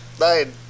nine